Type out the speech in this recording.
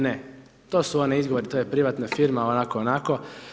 Ne, to su oni izgovori, to je privatna firma, ovako, onako.